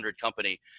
company